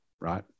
right